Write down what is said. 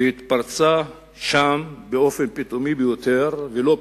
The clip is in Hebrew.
והתפרצה שם, באופן פתאומי ביותר, ולא פתאומי,